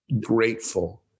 grateful